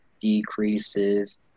decreases